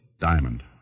Diamond